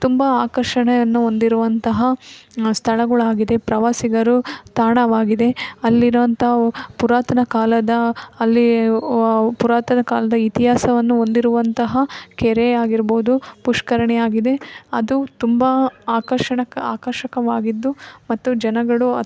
ತುಂಬ ಆಕರ್ಷಣೆಯನ್ನು ಹೊಂದಿರುವಂತಹ ಸ್ಥಳಗಳಾಗಿದೆ ಪ್ರವಾಸಿಗರ ತಾಣವಾಗಿದೆ ಅಲ್ಲಿರುವಂಥವು ಪುರಾತನ ಕಾಲದ ಅಲ್ಲಿ ಪುರಾತನ ಕಾಲದ ಇತಿಹಾಸವನ್ನು ಹೊಂದಿರುವಂತಹ ಕೆರೆಯಾಗಿರ್ಬೋದು ಪುಷ್ಕರಣಿಯಾಗಿದೆ ಅದು ತುಂಬ ಆಕರ್ಷಣ ಕ ಆಕರ್ಷಕವಾಗಿದ್ದು ಮತ್ತು ಜನಗಳು